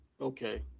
Okay